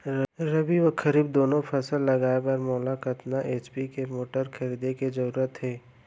रबि व खरीफ दुनो फसल लगाए बर मोला कतना एच.पी के मोटर खरीदे के जरूरत हे?